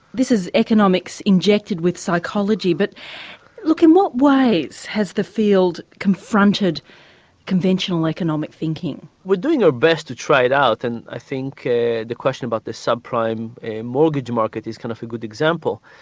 this is economics injected with psychology. but look in what ways has the field confronted conventional economic thinking? we're doing our best to try it out and i think ah the question about the sub prime mortgage market is kind of a good example.